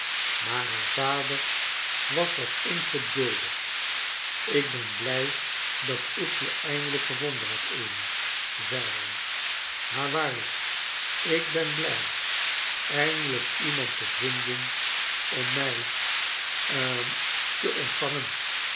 maar haar vader was wat ongeduldig ik ben blij dat ik je eindelijk gevonden heb amy zei hij ha waarlij k ik ben blij eindelijk iemand te vinden om mij hm te ontvangen